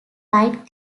right